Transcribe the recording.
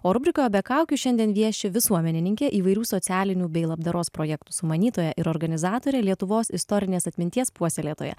o rubrikoje be kaukių šiandien vieši visuomenininkė įvairių socialinių bei labdaros projektų sumanytoja ir organizatorė lietuvos istorinės atminties puoselėtoja